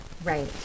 Right